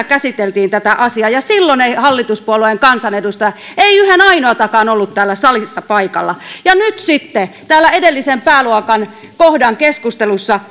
käsiteltiin tätä asiaa ja silloin ei hallituspuolueiden kansanedustajia yhden ainoatakaan ollut täällä salissa paikalla ja nyt sitten täällä edellisen pääluokan kohdan keskustelussa